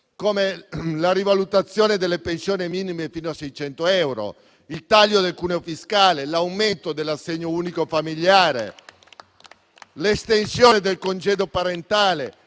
come la rivalutazione delle pensioni minime fino a 600 euro, il taglio del cuneo fiscale, l'aumento dell'assegno unico familiare, l'estensione del congedo parentale,